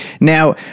Now